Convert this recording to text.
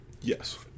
Yes